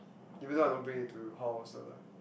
even though I don't bring it to halls or like